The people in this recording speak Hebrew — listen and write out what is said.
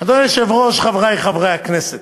אדוני היושב-ראש, חברי חברי הכנסת,